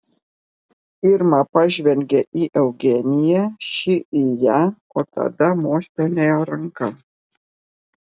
irma pažvelgė į eugeniją ši į ją o tada mostelėjo ranka